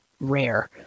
rare